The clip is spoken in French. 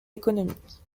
économiques